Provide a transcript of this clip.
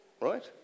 right